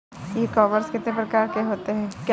ई commerce कितने प्रकार के होते हैं?